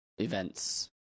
events